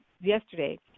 yesterday